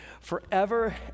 forever